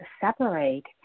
separate